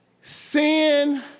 Sin